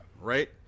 right